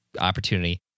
opportunity